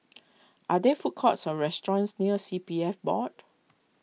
are there food courts or restaurants near C P F Board